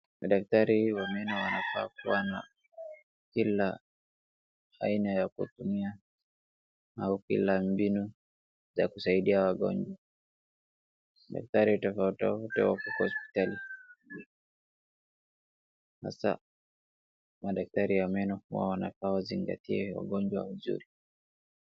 Madaktari wa meno wanafaa kuwa na kila aina ya kutumoia au kila mbinu za kusaidia wagonjwa. Daktari tofauti tofauti wako kwa hospitali. Haswa, madaktari ya meno huwa wanafaa wazingatie wagonjwa vizuri.